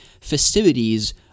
festivities